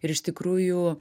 ir iš tikrųjų